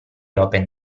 open